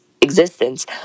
existence